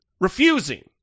refusing